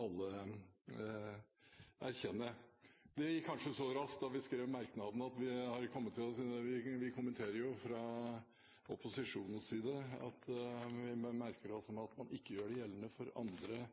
alle skal erkjenne. Det gikk kanskje raskt da vi skrev merknaden også. Vi kommenterer jo fra opposisjonens side at vi merker oss at man ikke gjør det gjeldende for andre